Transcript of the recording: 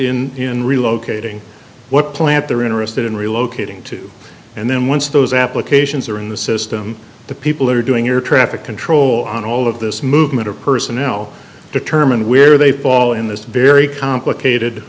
in relocating what plant they're interested in relocating to and then once those applications are in the system the people who are doing your traffic control on all of this movement of personnel determine where they fall in this very complicated